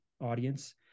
audience